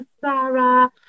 Sarah